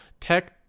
Tech